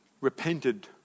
repented